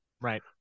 Right